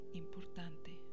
importante